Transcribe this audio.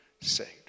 saved